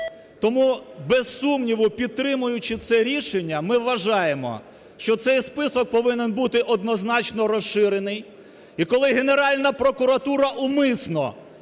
Тому без сумніву підтримуючи це рішення, ми вважаємо, що цей список повинен бути однозначно розширений. І коли Генеральна прокуратура умисно